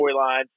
storylines